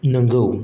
नोंगौ